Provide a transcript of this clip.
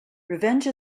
revenge